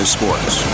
Sports